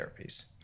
therapies